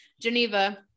Geneva